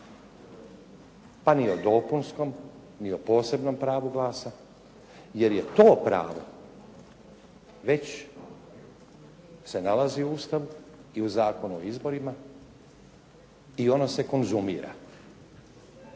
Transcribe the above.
pa ni o dopunskom ni o posebnom pravu glasa jer je to pravo već se nalazi u Ustavu i u Zakonu o izborima i ono se konzumira.